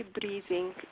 breathing